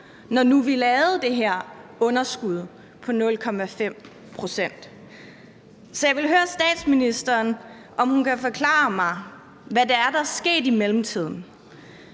når nu vi lavede den her underskudsfinansiering på 0,5 pct. Så jeg vil høre statsministeren, om hun kan forklare mig, hvad det er, der er sket i mellemtiden.